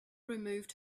removed